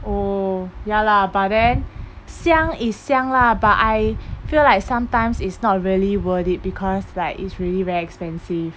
oh ya lah but then 香 is 香 lah but I feel like sometimes it's not really worth it because like it's really very expensive